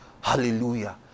Hallelujah